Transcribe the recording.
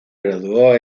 graduó